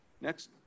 Next